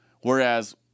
Whereas